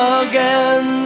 again